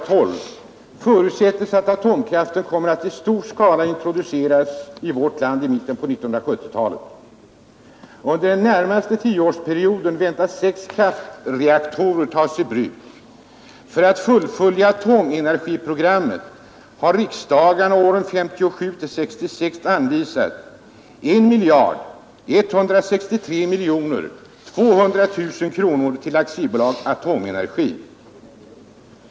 12 förutsättes att atomkraften kommer att i stor skala introduceras i vårt land i mitten av 1970-talet. ——— Under den närmaste 10-årsperioden väntas sex kraftreaktorer komma att tas i bruk. För att fullfölja atomenergiprogrammet har riksdagarna åren 1957—1966 anvisat 1 163,2 milj.kr. till Aktiebolaget Atomenergi ———.